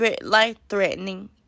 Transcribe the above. life-threatening